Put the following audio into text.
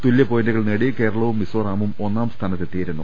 തുല്യ പോയിന്റുകൾ നേടി കേരളവും മിസോറാമും ഒന്നാം സ്ഥാനത്തെത്തിയിരുന്നു